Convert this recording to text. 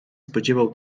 spodziewał